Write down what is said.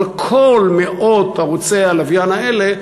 אבל מאות ערוצי הלוויין האלה,